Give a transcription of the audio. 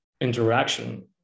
interaction